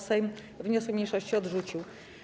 Sejm wniosek mniejszości odrzucił.